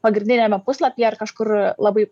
pagrindiniame puslapyje ar kažkur labai